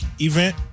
event